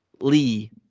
Lee